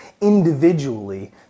individually